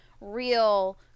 real